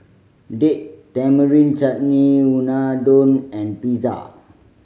Date Tamarind Chutney Unadon and Pizza